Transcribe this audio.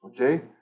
Okay